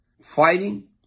fighting